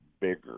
bigger